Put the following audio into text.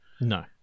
No